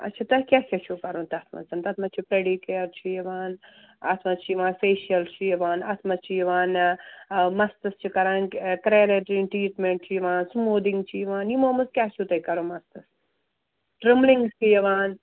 اَچھا تۄہہِ کیٛاہ کیٛاہ چھُو کَرُن تَتھ منٛز تَتھ منٛز چھُ پٮ۪ڈیکِیر چھُ یِوان اَتھ منٛز چھِ یِوان فیشَل چھِ یِوان اَتھ منٛز چھِ یِوان آ مَستَس چھِ کَران ترٛٮ۪ن رٮ۪تَن ٹرٛیٖٹمٮ۪نٹ چھِ یِوان سموٗدِنٛگ چھِ یِوان یِمَو منٛز کیٛاہ چھُو تۄہہِ کَرُن مَستَس ٹرٛمِنٛگ چھِ یِوان